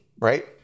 right